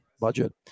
budget